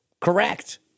correct